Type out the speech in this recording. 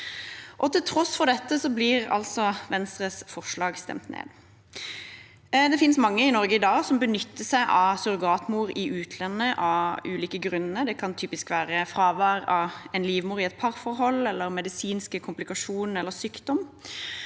Til tross for dette blir altså Venstres forslag stemt ned. Det finnes mange i Norge i dag som av ulike grunner benytter seg av surrogatmor i utlandet. Det kan typisk være fravær av en livmor i et parforhold, medisinske komplikasjoner eller sykdom.